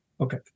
Okay